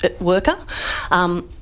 worker